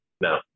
No